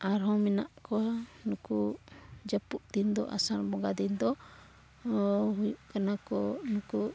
ᱟᱨᱦᱚᱸ ᱢᱮᱱᱟᱜ ᱠᱚᱣᱟ ᱱᱩᱠᱩ ᱡᱟᱹᱯᱩᱫ ᱫᱤᱱᱫᱚ ᱟᱥᱟᱲ ᱵᱚᱸᱜᱟ ᱫᱤᱱᱫᱚ ᱦᱩᱭᱩᱜ ᱠᱟᱱᱟ ᱠᱚ